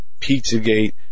Pizzagate